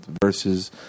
versus